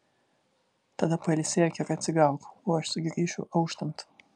tada pailsėk ir atsigauk o aš sugrįšiu auštant